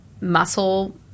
muscle